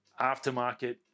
aftermarket